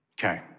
Okay